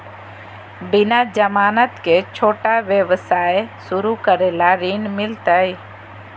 बिना जमानत के, छोटा व्यवसाय शुरू करे ला ऋण मिलतई?